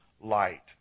light